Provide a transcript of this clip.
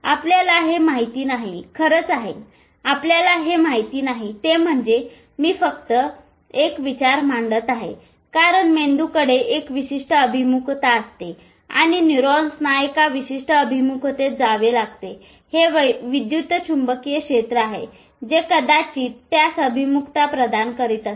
आपल्याला हे माहीत नाही खरंच आहे आपल्याला ते माहित नाही ते म्हणजे मी फक्त एक विचार मांडत आहे कारण मेंदूकडे एक विशिष्ट अभिमुखता असते आणि न्यूरॉन्सना एका विशिष्ट अभिमुखतेत जावे लागते हे विद्युत चुंबकीय क्षेत्र आहे जे कदाचित त्यास अभिमुखता प्रदान करीत असेल